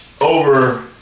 over